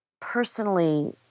personally